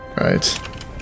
Right